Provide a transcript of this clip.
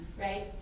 right